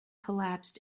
collapsed